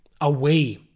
away